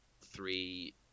three